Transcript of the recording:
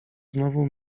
znowu